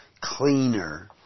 cleaner